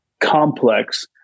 complex